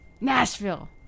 Nashville